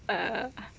uh